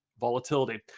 volatility